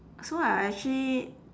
so I actually